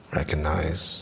recognize